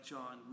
John